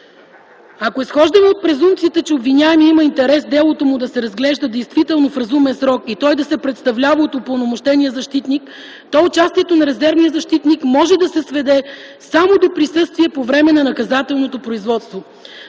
Ако изхождаме от презумпцията, че обвиняемият има интерес делото му да се разглежда действително в разумен срок и той да се представлява от упълномощения защитник, то участието на резервният защитник може да се сведе само до присъствие по време на наказателното производство.